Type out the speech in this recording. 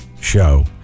show